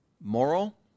moral